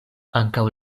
ankaŭ